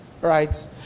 right